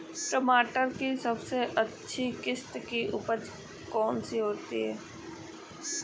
टमाटर की सबसे अच्छी किश्त की उपज कौन सी है?